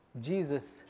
Jesus